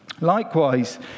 Likewise